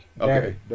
Okay